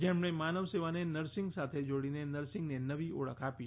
જેમણે માનવ સેવાને નર્સિંગ સાથે જોડીને નર્સિંગને નવી ઓળખ અપાવી